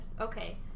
Okay